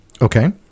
Okay